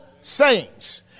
saints